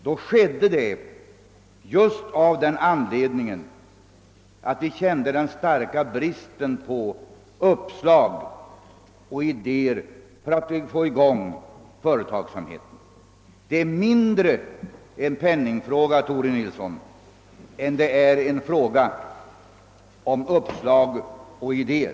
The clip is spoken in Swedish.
Denna resa ordnades just av den anledningen att vi starkt kände och känner bristen på uppslag och idéer och för att få i gång en ökad företagsamhet. Det är mindre en penningfråga, herr Nilsson i Agnäs, än det är en fråga om uppslag och idéer.